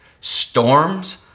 storms